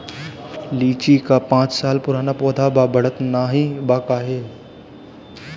लीची क पांच साल पुराना पौधा बा बढ़त नाहीं बा काहे?